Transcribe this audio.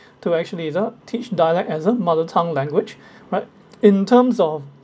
to actually uh teach dialect as a mother tongue language right in terms of